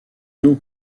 nous